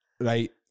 right